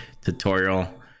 tutorial